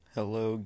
Hello